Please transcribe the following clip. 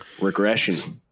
Regression